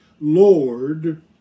Lord